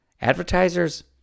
Advertisers